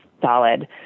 solid